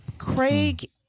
Craig